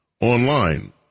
online